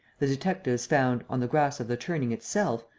the detectives found, on the grass of the turning itself,